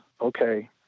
okay